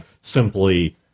simply